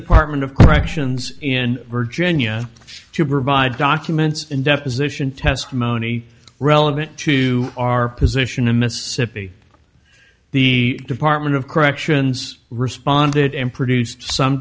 department of corrections in virginia to provide documents and deposition testimony relevant to our position in mississippi the department of corrections responded and produced some